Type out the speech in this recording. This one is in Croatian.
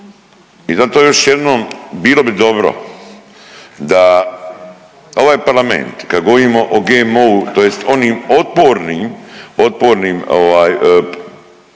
I zato još jednom bilo bi dobro da ovaj Parlament kad govorimo o GMO-u tj. onim otpornim proizvodima